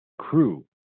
crew